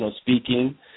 speaking